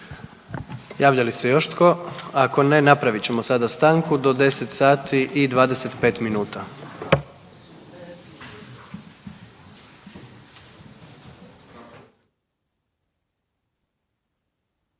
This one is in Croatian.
Javlja li se još tko? Ako ne, napravit ćemo sada stanku do 10 sati i 25 minuta.